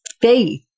faith